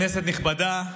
כנסת נכבדה,